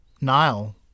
Nile